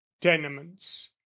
tenements